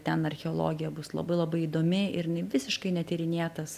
ten archeologija bus labai labai įdomi ir jinai visiškai netyrinėtas